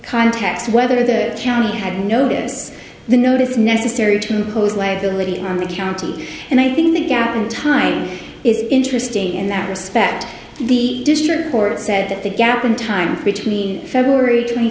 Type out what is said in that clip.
contacts whether the county had notice the notice necessary to pose like the lady in the county and i think the gap in timing is interesting in that respect the district court said that the gap in time between february twenty